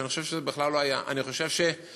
אני חושב שזה בכלל לא היה, אני חושב שבמובנה,